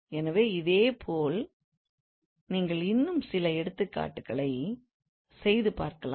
எனவே இதேபோல் நீங்கள் இன்னும் சில எடுத்துக்காட்டுகளை செய்து பார்க்கலாம்